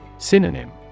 Synonym